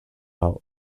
out